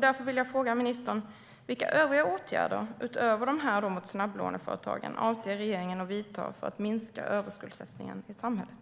Därför vill jag fråga ministern: Vilka övriga åtgärder utöver åtgärderna mot snabblåneföretagen avser regeringen att vidta för att minska överskuldsättningen i samhället?